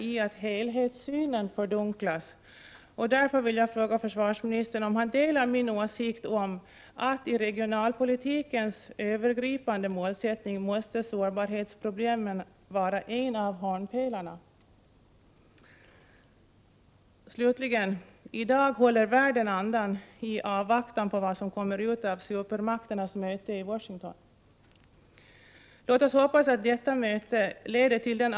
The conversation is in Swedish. Behovet av modernisering är stort men måste till stor del skjutas på framtiden. Många äldre skyddsrum saknar godtagbara skydd mot kemiska vapen.